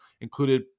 included